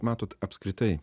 matot apskritai